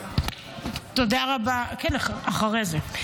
תודה רבה, כן, אחרי זה.